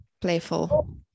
playful